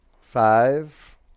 Five